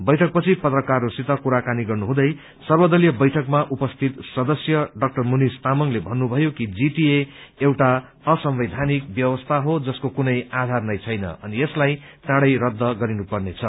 बैठक पछि पत्रकारहरूसित कुराकानी गर्नुहुँदै सर्वदलीय बैठकमा उपस्थित सदस्य डा मनिष तामाङले भन्नुभयो कि जीटीए एउटा असंवैधानिक व्यवस्था हो जसको कुनै जनाधार नै छैन अनि यसलाई चाँडै रद्द गरिनुपर्नेछ